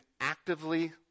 actively